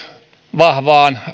vahvaan